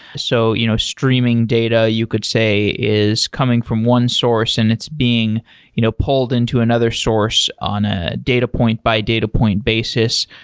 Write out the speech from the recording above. so you know streaming data, you could say is coming from one source and it's being you know pulled into another source on a data point by data point basis,